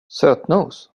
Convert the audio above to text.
sötnos